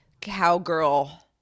cowgirl